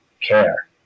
care